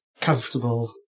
comfortable